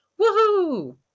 Woohoo